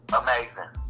amazing